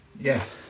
Yes